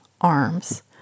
arms